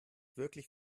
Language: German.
wirklich